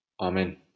Amen